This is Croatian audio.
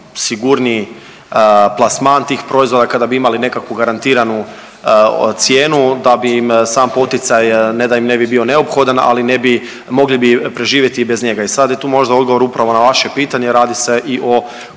sigurniji plasman tih proizvoda, kada bi imali nekakvu garantiranu cijenu, da bi im sam poticaj ne da im ne bi bio neophodan, ali ne bi, mogli bi preživjeti i bez njega. I sad je tu možda odgovor upravo na vaše pitanje. Radi se i o